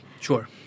sure